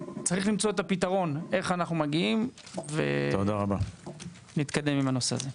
צריך למצוא את הפתרון איך אנחנו מגיעים ונתקדם עם הנושא הזה.